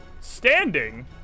standing